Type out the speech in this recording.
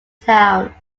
town